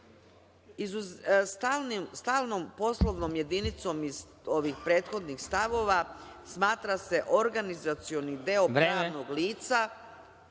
Stalnom poslovnom jedinicom iz ovih prethodnih stavova smatra se organizacioni deo pravnog lica